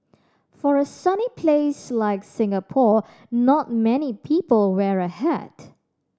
for a sunny place like Singapore not many people wear a hat